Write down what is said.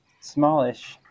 smallish